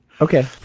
Okay